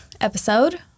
Episode